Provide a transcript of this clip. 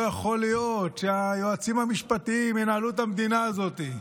לא יכול להיות שהיועצים המשפטיים ינהלו את המדינה הזאת.